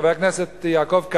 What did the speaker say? חבר הכנסת יעקב כץ,